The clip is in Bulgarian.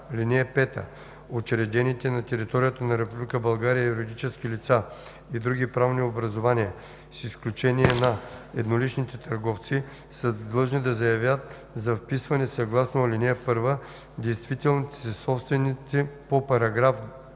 „(5) Учредените на територията на Република България юридически лица и други правни образувания, с изключение на едноличните търговци, са длъжни да заявят за вписване съгласно ал. 1 действителните си собственици по §